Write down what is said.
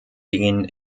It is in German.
den